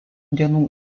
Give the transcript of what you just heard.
dienų